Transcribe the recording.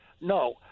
no